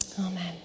Amen